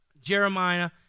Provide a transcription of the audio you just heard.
Jeremiah